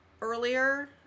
earlier